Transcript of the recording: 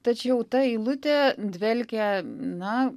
tačiau ta eilutė dvelkia na